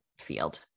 field